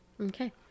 Okay